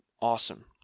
Awesome